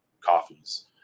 coffees